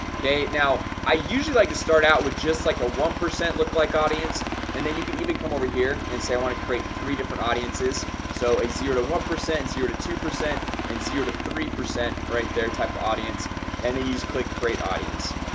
okay now i usually like to start out with just like a one percent look like audience and then you can even come over here and say i want to create three different audiences so a zero to one percent zero to two percent and zero to three percent right there type of audience and then you just click create audience.